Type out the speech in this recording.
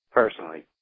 personally